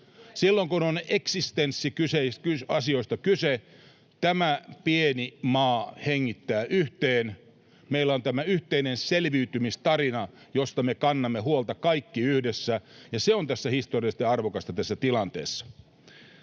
Silloin kun on eksistenssiasioista kyse, tämä pieni maa hengittää yhteen. Meillä on tämä yhteinen selviytymistarina, josta me kannamme huolta kaikki yhdessä, ja se on historiallista ja arvokasta tässä tilanteessa.